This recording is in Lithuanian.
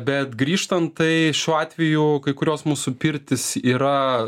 bet grįžtant tai šiuo atveju kai kurios mūsų pirtis yra